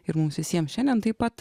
ir mums visiems šiandien taip pat